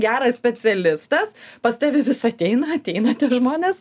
geras specialistas pas tave vis ateina ateina tie žmonės